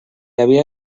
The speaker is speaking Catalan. havia